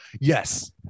yes